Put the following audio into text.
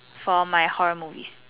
for my horror movie